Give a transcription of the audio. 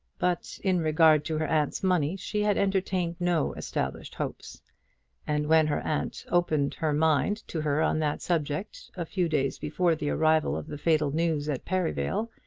but in regard to her aunt's money she had entertained no established hopes and when her aunt opened her mind to her on that subject, a few days before the arrival of the fatal news at perivale,